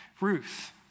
Ruth